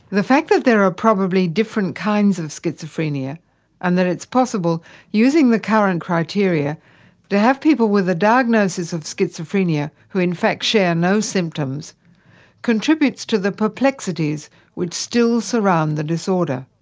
the fact that there are probably different kinds of schizophrenia and that it's possible using the current criteria to have people with a diagnosis of schizophrenia who in fact share no symptoms contributes to the perplexities which still surround the disorder.